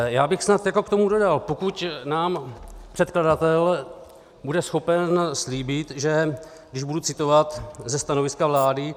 Já bych snad jako k tomu dodal, pokud nám předkladatel bude schopen slíbit, že když budu citovat ze stanoviska vlády: